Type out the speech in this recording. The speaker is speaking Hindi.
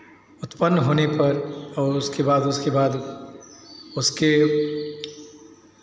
उत्पन्न होने पर और उसके बाद उसके बाद उसके